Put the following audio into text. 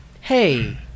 Hey